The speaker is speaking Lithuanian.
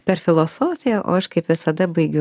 per filosofiją o aš kaip visada baigiu